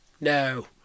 No